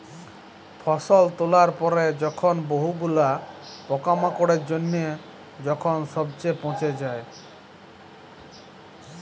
ফসল তোলার পরে যখন বহু গুলা পোকামাকড়ের জনহে যখন সবচে পচে যায়